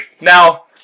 Now